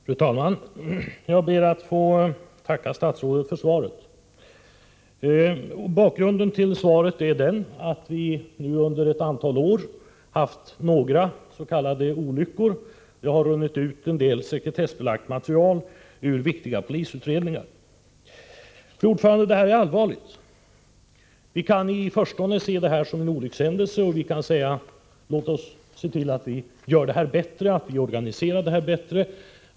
Fru talman! Jag ber att få tacka statsrådet för svaret: Bakgrunden till min fråga är att det under ett antal år förekommit några s.k. olyckor. Det har ”runnit ut” en del sekretessbelagt material ur viktiga polisutredningar. Det här är allvarligt. Vi kan i förstone se det som olyckshändelser och säga: Låt oss försöka få en bättre ordning till stånd, låt oss organisera det hela bättre.